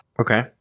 Okay